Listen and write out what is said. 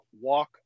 Walk